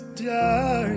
dark